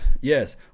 Yes